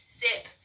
zip